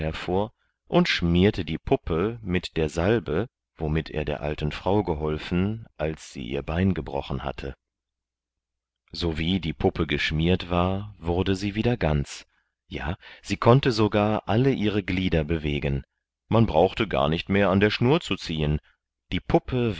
hervor und schmierte die puppe mit der salbe womit er der alten frau geholfen als sie ihr bein gebrochen hatte sowie die puppe geschmiert war wurde sie wieder ganz ja sie konnte sogar alle ihre glieder bewegen man brauchte gar nicht mehr an der schnur zu ziehen die puppe